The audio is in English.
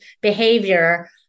behavior